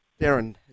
Darren